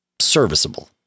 serviceable